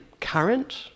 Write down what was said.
current